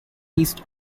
east